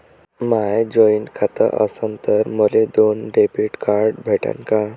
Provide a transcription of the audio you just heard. माय joint खातं असन तर मले दोन डेबिट कार्ड भेटन का?